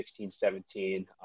16-17